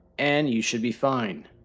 and you should be fine.